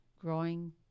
growing